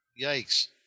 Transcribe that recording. Yikes